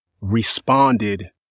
responded